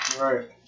Right